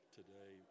today